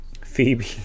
phoebe